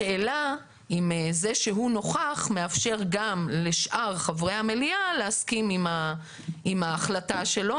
השאלה אם זה שהוא נוכח מאפשר גם לשאר חברי המליאה להסכים עם ההחלטה שלו.